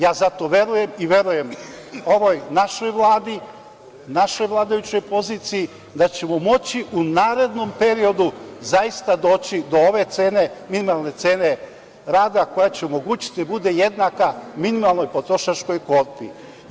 Ja zato verujem i verujem ovoj našoj Vladi, našoj vladajućoj poziciji da ćemo moći u narednom periodu zaista doći do ove cene, minimalne cene rada koja će omogućiti da bude jednaka minimalnoj potrošačkoj korpi.